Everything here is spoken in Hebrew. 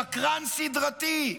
שקרן סדרתי,